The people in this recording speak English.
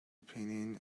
opinion